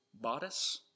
bodice